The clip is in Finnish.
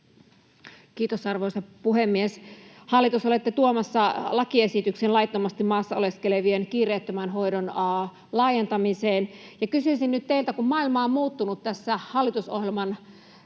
Kiitos, arvoisa puhemies! Hallitus, olette tuomassa lakiesityksen laittomasti maassa oleskelevien kiireettömän hoidon laajentamiseen, ja kysyisin nyt teiltä: kun maailma on muuttunut tässä hallitusohjelman laatimisen